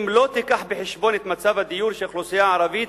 אם לא תביא בחשבון את מצב הדיור של האוכלוסייה הערבית